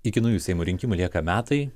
iki naujų seimo rinkimų lieka metai